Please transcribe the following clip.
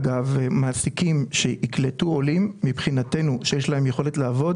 אגב, מעסיקים שיקלטו עולים שיש להם יכולת לעבוד,